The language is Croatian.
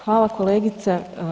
Hvala, kolegice.